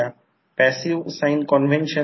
पुढे थोडे ट्रान्सफॉर्मरचे कन्स्ट्रक्शन आहे